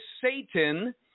Satan